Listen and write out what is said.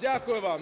дякую вам.